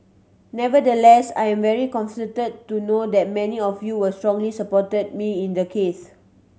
nevertheless I am very comforted to know that many of you were strongly support me in the case